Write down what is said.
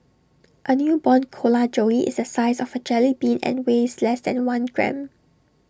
A newborn koala joey is the size of A jellybean and weighs less than one gram